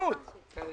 פטרנו את זה.